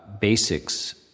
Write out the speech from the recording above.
basics